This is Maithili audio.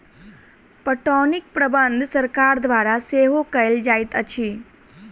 पटौनीक प्रबंध सरकार द्वारा सेहो कयल जाइत अछि